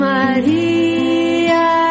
Maria